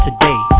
Today